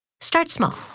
start small.